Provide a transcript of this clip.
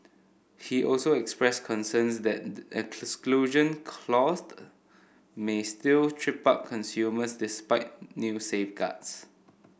he also expressed concerns that exclusion clause may still trip up consumers despite new safeguards